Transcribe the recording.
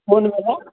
Mauni Baba